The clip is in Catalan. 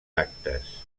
actes